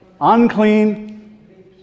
Unclean